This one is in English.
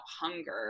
hunger